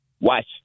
Watch